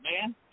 man